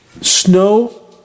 snow